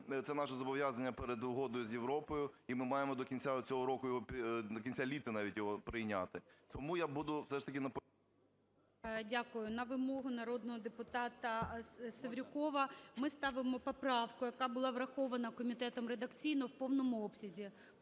це наше зобов'язання перед угодою з Європою, і ми маємо до кінця цього року, до кінця літа навіть, його навіть прийняти. Тому я буду все ж таки наполягати… ГОЛОВУЮЧИЙ. Дякую. На вимогу народного депутата Севрюкова ми ставимо поправку, яка була врахована комітетом редакційно в повному обсязі.